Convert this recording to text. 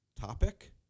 topic